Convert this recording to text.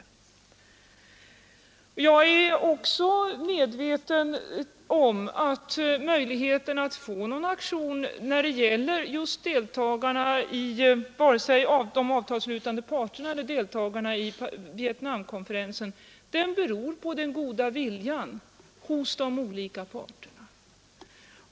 Jag är också medveten om att möjligheterna att få någon aktion när det gäller vare sig de avtalsslutande parterna eller deltagarna i Vietnamkonferensen beror på den goda viljan hos de olika parterna.